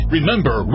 Remember